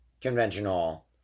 conventional